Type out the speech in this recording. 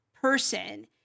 person